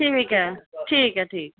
ठीक ऐ ठीक ऐ ठीक